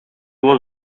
was